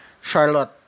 Charlotte